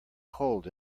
cold